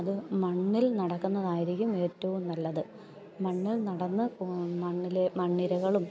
അത് മണ്ണിൽ നടക്കുന്നതായിരിക്കും ഏറ്റവും നല്ലത് മണ്ണിൽ നടന്ന് മണ്ണിൽ മണ്ണിരകളും